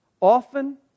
Often